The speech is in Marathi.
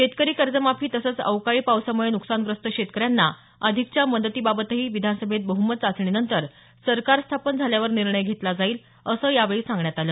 शेतकरी कर्जमाफी तसंच अवकाळी पावसामुळे नुकसानग्रस्त शेतकऱ्यांना अधिकच्या मदतीबाबतही विधानसभेत बहुमत चाचणीनंतर सरकार स्थापन झाल्यावर निर्णय घेतला जाईल असं यावेळी सांगण्यात आलं